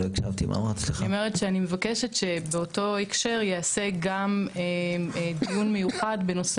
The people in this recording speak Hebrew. אני אומרת שאני מבקשת שבאותו הקשר ייעשה גם דיון מיוחד בנושא